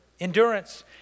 Endurance